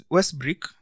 Westbrook